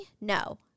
No